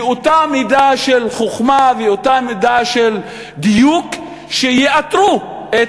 באותה מידה של חוכמה ובאותה מידה של דיוק שיאתרו את